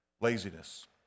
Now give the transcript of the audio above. Laziness